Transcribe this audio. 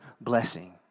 blessing